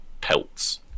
pelts